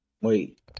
Wait